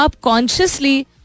consciously